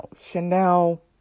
Chanel